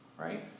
right